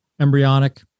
embryonic